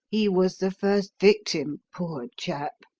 he was the first victim, poor, chap!